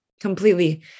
completely